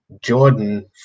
jordan